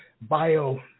bio